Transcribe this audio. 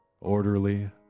Orderly